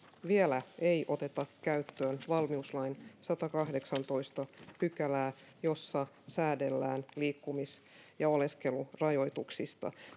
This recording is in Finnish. vielä ei oteta käyttöön valmiuslain sadattakahdeksattatoista pykälää jossa säädellään liikkumis ja oleskelurajoituksia